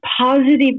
positive